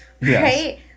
right